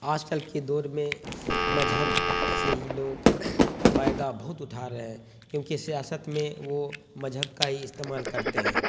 آج کل کے دور میں مذہب سے ہی لوگ فائدہ بہت اٹھار رہے ہیں کیونکہ سیاست میں وہ مذہب کا ہی استعمال کرتے ہیں